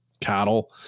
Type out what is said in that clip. cattle